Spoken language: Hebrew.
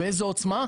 באיזו עוצמה.